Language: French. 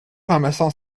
ramassant